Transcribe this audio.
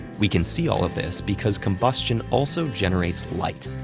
we can see all of this because combustion also generates light.